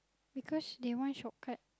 because they want shortcut